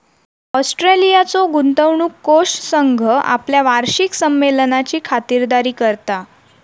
ऑस्ट्रेलियाचो गुंतवणूक कोष संघ आपल्या वार्षिक संमेलनाची खातिरदारी करता